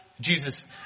Jesus